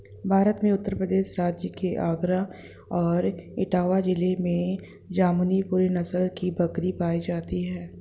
भारत में उत्तर प्रदेश राज्य के आगरा और इटावा जिले में जमुनापुरी नस्ल की बकरी पाई जाती है